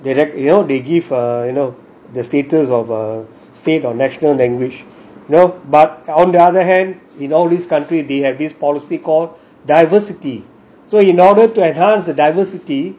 they rec you know they give ugh you know the status of a state or national language know but on the other hand in all this country they have this policy called diversity so in order to enhance the diversity